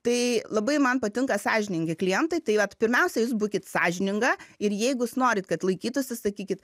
tai labai man patinka sąžiningi klientai tai vat pirmiausia jūs būkit sąžininga ir jeigu jūs norit kad laikytųsi sakykit